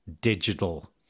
digital